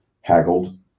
haggled